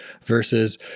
versus